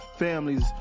FAMILIES